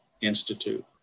Institute